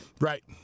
Right